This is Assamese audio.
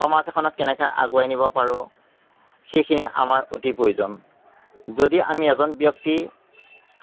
সমাজ এখনক কেনেকৈ আগুৱাই নিব পাৰোঁ সেইখিনি আমাৰ অতি প্ৰয়োজন যদি আমি এজন ব্যক্তি